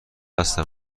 هستیم